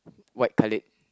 white colour